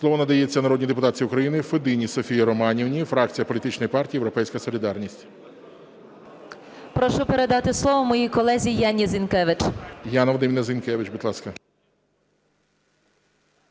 Слово надається народній депутатці України Федині Софії Романівні, фракція політичної партії "Європейська солідарність". 14:55:19 ФЕДИНА С.Р. Прошу передати слово моїй колезі Яні Зінкевич. ГОЛОВУЮЧИЙ. Яна Вадимівна Зінкевич, будь ласка.